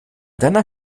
deiner